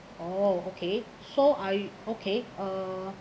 oh okay so I okay uh